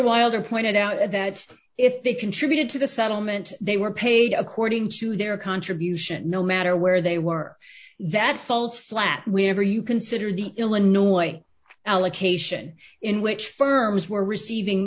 wilder pointed out that if they contributed to the settlement they were paid according to their contribution no matter where they were that falls flat wherever you consider the illinois allocation in which firms were receiving